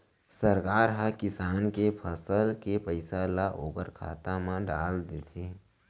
सरकार ह किसान के फसल के पइसा ल ओखर खाता म डाल देथे